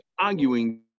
arguing